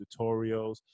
tutorials